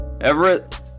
everett